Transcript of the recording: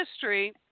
history